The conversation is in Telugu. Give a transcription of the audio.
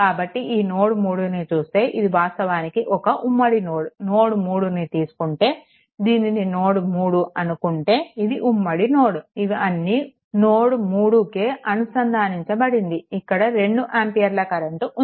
కాబట్టి ఈ నోడ్3ని చూస్తే ఇది వాస్తవానికి ఒకఉమ్మడి నోడ్ నోడ్3 ని తీసుకుంటే దీనిని నోడ్3 అనుకుంటే ఇదిఉమ్మడి నోడ్ ఇవి అన్నీ నోడ్3 కే అనుసంధానించబడింది ఇక్కడ 2 ఆంపియర్ల కరెంట్ ఉంది